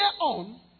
on